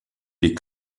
die